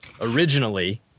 originally